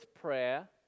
prayer